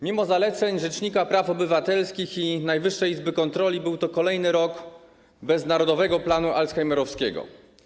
Mimo zaleceń rzecznika praw obywatelskich i Najwyższej Izby Kontroli był to kolejny rok bez narodowego planu alzheimerowskiego.